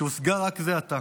שהושגה רק זה עתה.